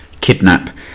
kidnap